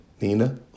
Nina